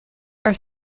are